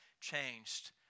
changed